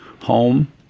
home